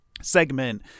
segment